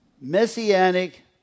messianic